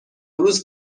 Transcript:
روز